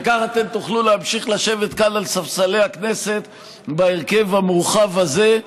וכך אתם תוכלו להמשיך לשבת כאן על ספסלי הכנסת בהרכב המורחב הזה,